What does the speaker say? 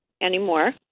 anymore